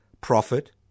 profit